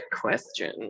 question